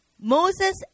Moses